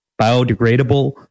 biodegradable